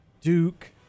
Duke